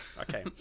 Okay